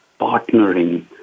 partnering